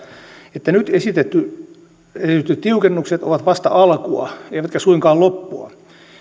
että nyt esitetyt tiukennukset ovat vasta alkua eivätkä suinkaan loppua